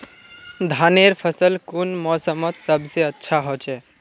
धानेर फसल कुन मोसमोत सबसे अच्छा होचे?